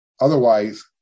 Otherwise